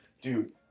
dude